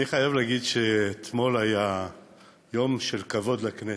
אני חייב לומר שאתמול היה יום של כבוד לכנסת.